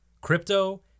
Crypto